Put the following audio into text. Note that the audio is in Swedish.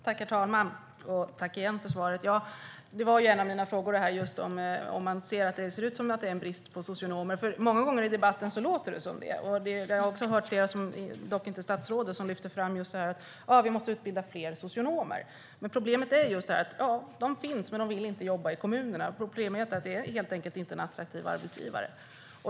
Herr talman! En av mina frågor var om man anser att det råder en brist på socionomer. Det låter många gånger så i debatten. Jag har hört flera - dock inte statsrådet - som lyfter fram att fler socionomer måste utbildas. Problemet är att de finns men inte vill jobba i kommunerna. Det är inte en attraktiv arbetsgivare.